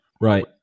right